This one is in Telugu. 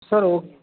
సార్ ఓ